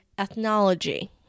Ethnology